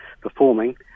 performing